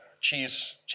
cheese